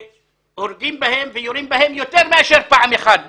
בהם הורגים ויורים יותר מאשר פעם אחת,